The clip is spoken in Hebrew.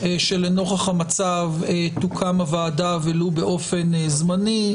נוכח המצב שתוקם הוועדה, ולו באופן זמני.